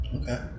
Okay